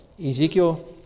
Ezekiel